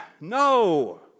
No